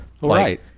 Right